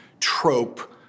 trope